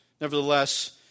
Nevertheless